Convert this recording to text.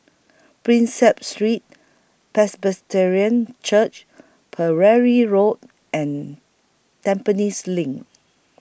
Prinsep Street Presbyterian Church Pereira Road and Tampines LINK